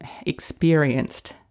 experienced